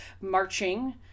marching